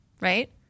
right